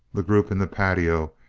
the group in the patio,